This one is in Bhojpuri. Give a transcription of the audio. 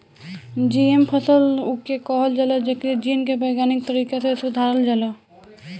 जी.एम फसल उके कहल जाला जेकरी जीन के वैज्ञानिक तरीका से सुधारल जाला